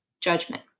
judgment